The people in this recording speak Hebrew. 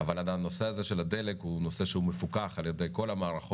אבל הנושא הזה של הדלק הוא נושא שהוא מפוקח על ידי כל המערכות